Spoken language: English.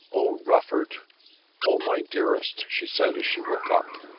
oh, rufford oh, my dearest, she said as she woke up,